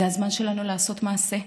זה הזמן שלנו לעשות מעשה: